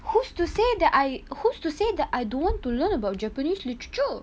who's to say that I who's to say that I don't want to learn about japanese literature